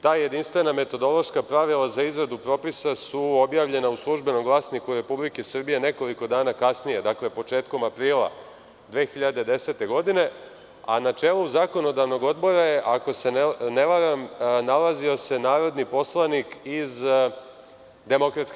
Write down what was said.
Ta jedinstvena metodološka pravila za izradu propisa su objavljena u „Službenom glasniku Republike Srbije“ nekoliko dana kasnije, početkom aprila 2010. godine, a na čelu Zakonodavnog odbora, ako se ne varam, nalazio se narodni poslanik iz DS.